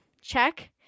check